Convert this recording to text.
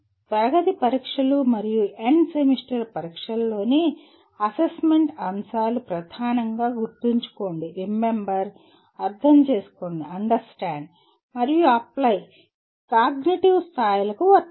తరగతి పరీక్షలు మరియు ఎండ్ సెమిస్టర్ పరీక్షలలోని అసెస్మెంట్ అంశాలు ప్రధానంగా గుర్తుంచుకోండిరిమెంబర్ అర్థం చేసుకోండిఅండర్స్టాండ్ మరియు అప్లై కాగ్నిటివ్ స్థాయిలకు వర్తిస్తాయి